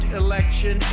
election